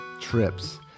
trips